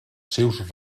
seus